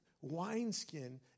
wineskin